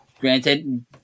Granted